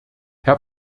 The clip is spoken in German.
herr